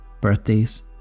birthdays